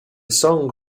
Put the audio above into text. song